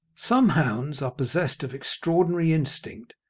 some hounds are possessed of extraordinary instinct,